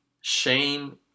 Shame